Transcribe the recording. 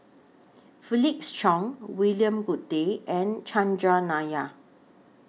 Felix Cheong William Goode and Chandran Nair